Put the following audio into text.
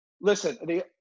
listen